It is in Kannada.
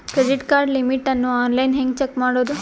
ಕ್ರೆಡಿಟ್ ಕಾರ್ಡ್ ಲಿಮಿಟ್ ಅನ್ನು ಆನ್ಲೈನ್ ಹೆಂಗ್ ಚೆಕ್ ಮಾಡೋದು?